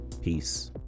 Peace